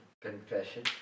Confession